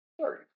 Sorry